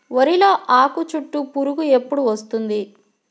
వరిలో ఆకుచుట్టు పురుగు ఎప్పుడు వస్తుంది?